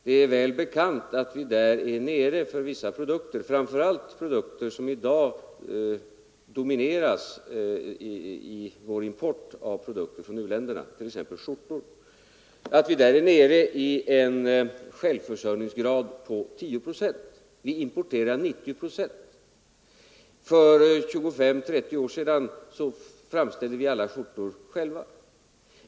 Det är väl bekant att vi för vissa produkter — framför allt sådana där importen i dag domineras av produkter från u-länderna, såsom t.ex. skjortor — är nere i en självförsörjningsgrad på 10 procent. Vi importerar således 90 procent. För 25-30 år sedan framställde vi alla skjortor själva.